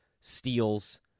steals